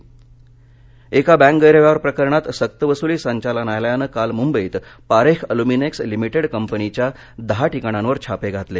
छापे एका बँक गैरव्यवहार प्रकरणात सत्तवसुली संचालनालयानं काल मुंबईत पारेख अलुमिनेक्स लिमिटेड कंपनीच्या दहा ठिकाणांवर छापे घातले